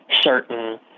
certain